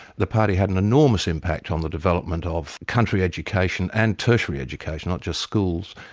the party had an enormous impact on the development of country education, and tertiary education, not just schools.